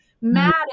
mad